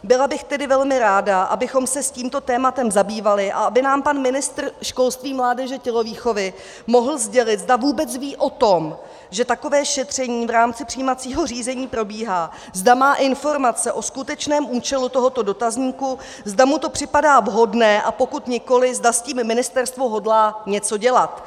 Byla bych tedy velmi ráda, abychom se tímto tématem zabývali a zda by nám pan ministr školství, mládeže a tělovýchovy mohl sdělit, zda vůbec ví o tom, že takové šetření v rámci přijímacího řízení probíhá, zda má informace o skutečném účelu tohoto dotazníku, zda mu to připadá vhodné, a pokud nikoliv, zda s tím ministerstvo hodlá něco dělat.